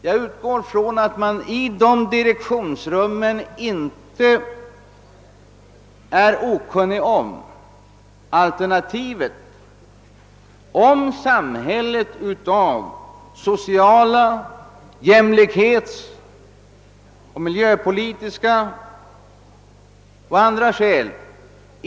Jag utgår från att man i dessa direktionsrum inte är okunnig om alternativet ifall samhället av sociala skäl, jämlikhetsskäl, miljöpolitiska skäl etc.